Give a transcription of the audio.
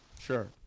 Sure